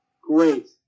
Great